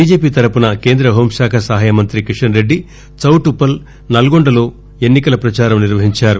BJP తరపున కేంద హెూంశాఖ సహాయ మంతి కిషన్రెడ్డి చౌట్లుప్పల్ నల్గొండలో ఎన్నికల పచారం నిర్వహించారు